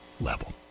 level